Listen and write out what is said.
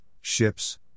ships